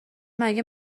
مگه